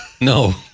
no